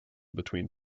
between